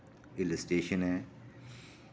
hill station ऐ